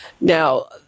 Now